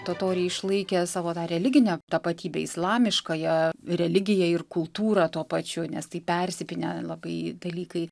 totoriai išlaikė savo tą religinę tapatybę islamiškąją religiją ir kultūrą tuo pačiu nes tai persipynę labai dalykai